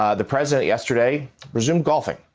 ah the president yesterday resumed golfing.